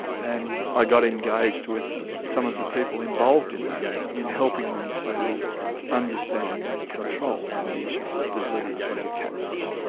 and i got engaged with some of the people involved in that, in helping them to understand and control some of the issues of disease in catfish.